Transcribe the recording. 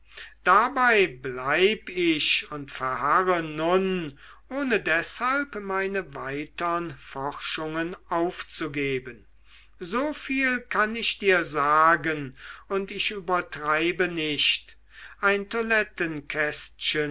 dabei bleib ich und verharre nun ohne deshalb meine weitern forschungen aufzugeben so viel kann ich dir sagen und ich übertreibe nicht ein